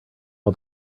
all